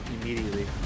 immediately